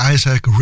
Isaac